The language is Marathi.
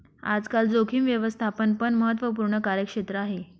आजकाल जोखीम व्यवस्थापन एक महत्त्वपूर्ण कार्यक्षेत्र आहे